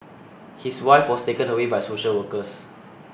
his wife was taken away by social workers